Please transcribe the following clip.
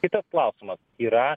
kitas klausimas yra